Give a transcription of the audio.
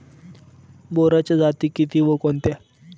बोराच्या जाती किती व कोणत्या?